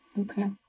Okay